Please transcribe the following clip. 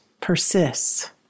persists